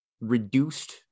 reduced